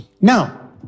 Now